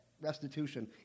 restitution